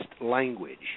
language